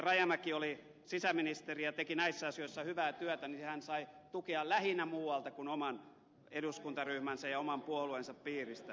rajamäki oli sisäministeri ja teki näissä asioissa hyvää työtä niin hän sai tukea lähinnä muualta kuin oman eduskuntaryhmänsä ja oman puolueensa piiristä